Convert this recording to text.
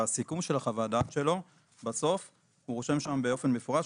בסיכום של חוות הדעת שלו בסוף הוא רושם שם באופן מפורש,